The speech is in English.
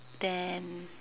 then